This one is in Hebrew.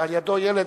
ועל-ידו ילד,